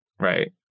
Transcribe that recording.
right